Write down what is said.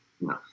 No